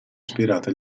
ispirata